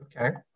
Okay